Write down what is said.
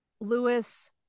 lewis